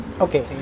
Okay